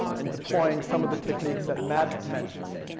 in deploying some of the techniques that matt mentioned,